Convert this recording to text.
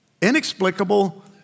Inexplicable